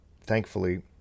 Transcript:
thankfully